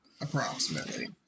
approximately